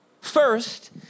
First